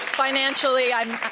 financially, i'm